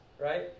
right